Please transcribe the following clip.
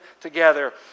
together